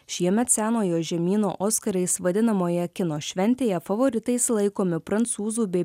šiemet senojo žemyno oskarais vadinamoje kino šventėje favoritais laikomi prancūzų bei